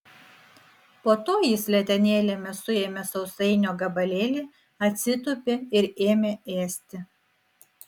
po to jis letenėlėmis suėmė sausainio gabalėlį atsitūpė ir ėmė ėsti